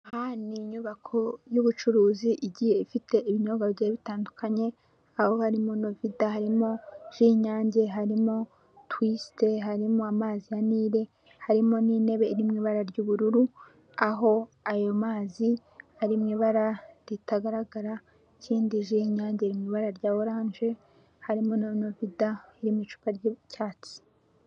Aha ni inyubako y'ubucuruzi, igiye ifite ibinyobwa bitandukanye, aho harimo novida, harimo inyange harimo tuwisite, harimo amazi ya nili, harimo n'intebe irimo ibara ry'ubururu, aho ayo mazi ari mu ibara ritagaragara, ji yinyange mu ibara rya orange, harimo na navida y'icupa ry'icyatsi..